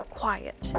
quiet